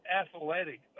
athletic